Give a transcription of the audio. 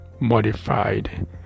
modified